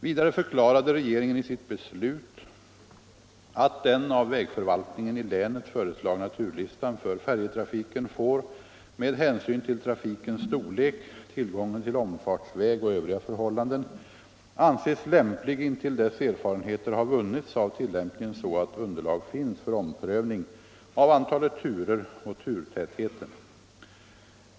Vidare förklarade regeringen i sitt beslut att den av vägförvaltningen i länet föreslagna turlistan för färjtrafiken får, med hänsyn till trafikens storlek, tillgången till omfartsväg och övriga förhållanden, anses lämplig intill dess erfarenheter har vunnits av tillämpningen så att underlag finns för omprövning av antalet turer och turtätheten.